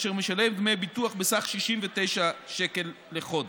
אשר משלם דמי ביטוח בסך 69 שקלים לחודש.